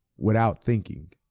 without thinking?